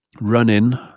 run-in